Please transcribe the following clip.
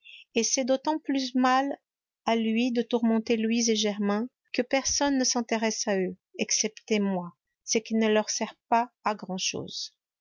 et c'est d'autant plus mal à lui de tourmenter louise et germain que personne ne s'intéresse à eux excepté moi ce qui ne leur sert pas à grand-chose